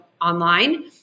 online